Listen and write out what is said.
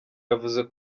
yavuze